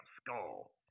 skull